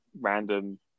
random